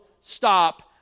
stop